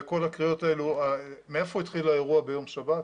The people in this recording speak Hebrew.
כל הקריאות האלה מאיפה התחיל האירוע ביום שבת,